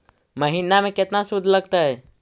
महिना में केतना शुद्ध लगतै?